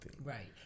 right